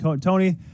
tony